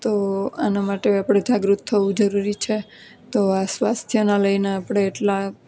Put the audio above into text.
તો આના માટે આપણે જાગૃત થવું જરૂરી છે તો આ સ્વાસ્થ્યના લઈને આપણે એટલા